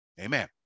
Amen